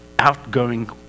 outgoing